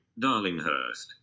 Darlinghurst